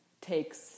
takes